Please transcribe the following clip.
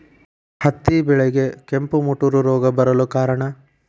ಹತ್ತಿ ಬೆಳೆಗೆ ಕೆಂಪು ಮುಟೂರು ರೋಗ ಬರಲು ಕಾರಣ?